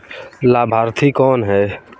लाभार्थी कौन है?